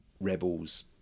rebels